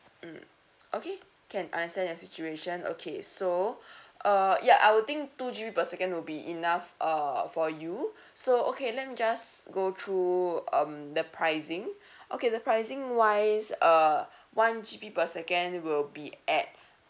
mm okay can understand your situation okay so uh ya I will think two G_B per second will be enough uh for you so okay let me just go through um the pricing okay the pricing wise uh one G_B per second will be at